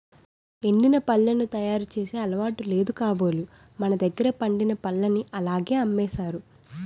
ఎండిన పళ్లను తయారు చేసే అలవాటు లేదు కాబోలు మనదగ్గర పండిన పల్లని అలాగే అమ్మేసారు